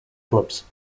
clubs